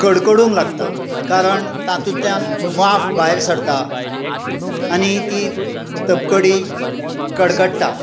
कडकडूंक लागता कारण तातूंतल्यान वाफ भायर सरता आनी ती तपकडी कडकडटा